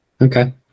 Okay